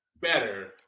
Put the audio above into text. Better